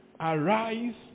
Arise